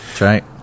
right